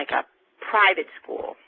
a private school,